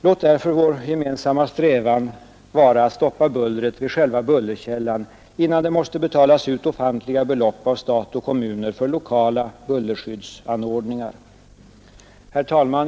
Låt därför vår gemensamma strävan vara att stoppa bullret vid själva bullerkällan, innan det måste betalas ut ofantliga belopp av staten och kommunerna för lokala bullerskyddsanordningar. Herr talman!